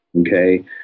Okay